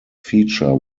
feature